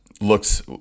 looks